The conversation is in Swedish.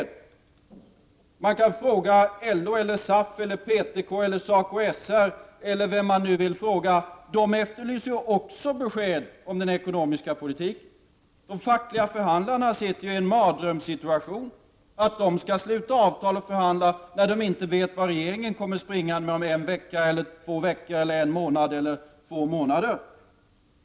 Det kan man fråga LO, SAF, PTK, SACO/SR eller vem man vill om. De efterlyser också besked om den ekonomiska politiken. De fackliga förhandlarna befinner sig i en mardrömssituation. De skall förhandla och sluta avtal när de inte vet vad regeringen kommer springande med om kanske en vecka, två veckor, en månad eller två månader.